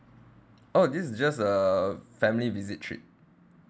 oh this is just a family visit trip